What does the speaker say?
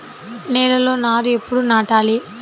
నేలలో నారు ఎప్పుడు నాటాలి?